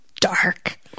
dark